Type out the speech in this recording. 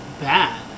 bad